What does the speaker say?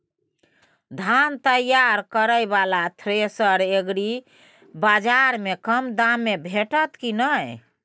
धान तैयार करय वाला थ्रेसर एग्रीबाजार में कम दाम में भेटत की नय?